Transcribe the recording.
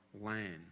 land